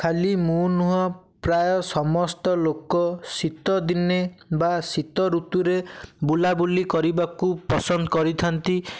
ଖାଲି ମୁଁ ନୁହେଁ ପ୍ରାୟ ସମସ୍ତ ଲୋକ ଶୀତ ଦିନେ ବା ଶୀତ ଋତୁରେ ବୁଲା ବୁଲି କରିବାକୁ ପସନ୍ଦ କରିଥାନ୍ତି